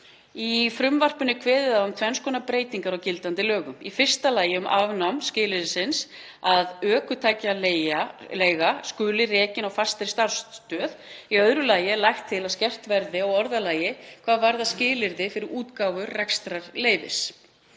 Í frumvarpinu er kveðið á um tvenns konar breytingar á gildandi lögum. Í fyrsta lagi um afnám skilyrðisins um að ökutækjaleiga skuli rekin á fastri starfsstöð. Í öðru lagi er lagt til að skerpt verði á orðalagi hvað varðar skilyrði fyrir útgáfu rekstrarleyfis.